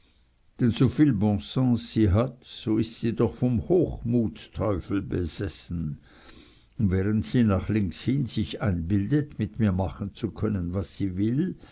sie hat so ist sie doch vom hochmutsteufel besessen und während sie nach links hin sich einbildet mit mir machen zu können was sie will